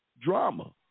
drama